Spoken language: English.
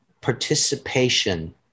participation